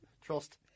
trust